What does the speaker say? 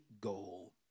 goal